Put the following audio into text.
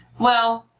well,